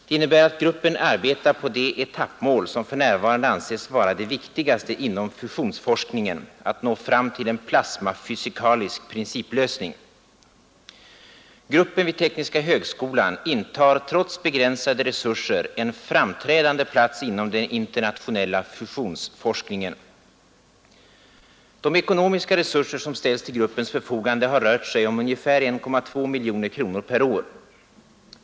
Det innebär att gruppen arbetar på det etappmål som för närvarande anses vara det viktigaste inom fusionsforskningen: att nå fram till en plasmafysikalisk principlösning. Gruppen vid tekniska högskolan intar trots begränsade resurser en framträdande plats inom den internationella fusionsforskningen. De ekonomiska resurser som ställs till gruppens förfogande har rört sig om ungefär 1,2 miljoner kronor per år.